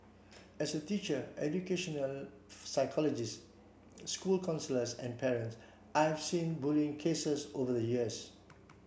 as a teacher educational psychologist school counsellors and parent I've seen bullying cases over the years